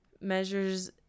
measures